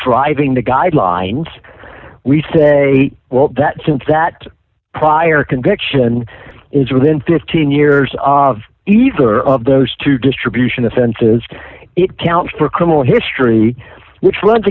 driving the guidelines we say that since that prior conviction is within fifteen years of either of those two distribution offenses it counts for criminal history which runs